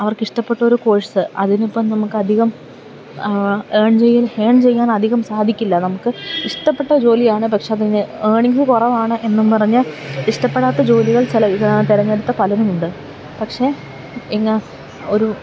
അവർക്കിഷ്ടപ്പെട്ടൊരു course അതിനിപ്പോള് നമുക്കധികം earn ചെയ്യാൻ അധികം സാധിക്കില്ല നമുക്ക് ഇഷ്ടപ്പെട്ട ജോലിയാണ് പക്ഷേ അതിന് ഏണിംഗ് കുറവാണ് എന്നും പറഞ്ഞ് ഇഷ്ടപ്പെടാത്ത ജോലികൾ തെരഞ്ഞെടുത്ത പലരുമുണ്ട് പക്ഷെ ഒരു